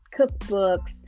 cookbooks